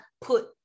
put